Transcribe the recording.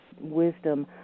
wisdom